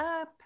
up